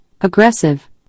aggressive